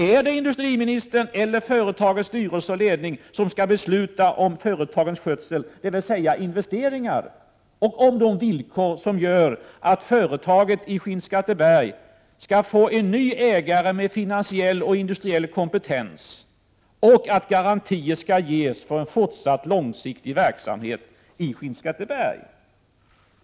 Är det industriministern eller företagets styrelse och ledning som skall besluta om företagets skötsel, dvs. investeringar, och om de villkor som gör att företaget i Skinnskatteberg får en ny ägare med finansiell och industriell kompetens och att garantier ges för en fortsatt långsiktig verksamhet i Skinnskatteberg?